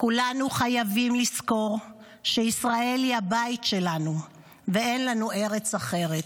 כולנו חייבים לזכור שישראל היא הבית שלנו ואין לנו ארץ אחרת.